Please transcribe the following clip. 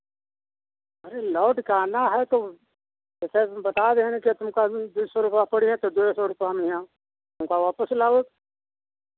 अरे लौट के आना है तो जैसे बता देहेन कि अब तुमका दुई सौ रुपैया पड़िह तौ दुए सौ रुपैया म अनिहा हमका वापस लाओक